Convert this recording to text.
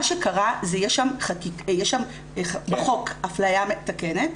מה שקרה, זה יש בחוק אפליה מתקנת,